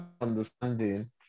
understanding